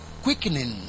quickening